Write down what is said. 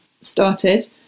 started